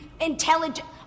intelligent